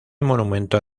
monumento